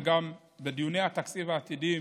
וגם בדיוני התקציב העתידי,